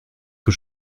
que